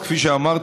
אז כפי שאמרתי,